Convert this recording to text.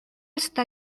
está